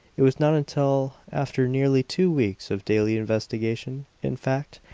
it was not until after nearly two weeks of daily investigation, in fact,